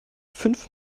fünf